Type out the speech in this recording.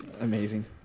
amazing